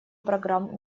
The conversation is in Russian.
программ